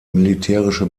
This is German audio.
militärische